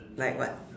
like what